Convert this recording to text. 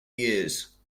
years